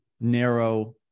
narrow